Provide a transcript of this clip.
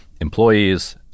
employees